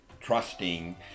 trusting